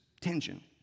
tension